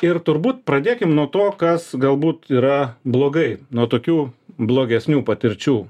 ir turbūt pradėkim nuo to kas galbūt yra blogai nuo tokių blogesnių patirčių